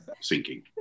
sinking